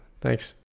thanks